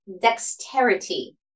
dexterity